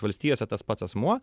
valstijose tas pats asmuo